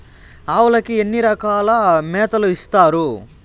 ఆవులకి ఎన్ని రకాల మేతలు ఇస్తారు?